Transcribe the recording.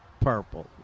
Purple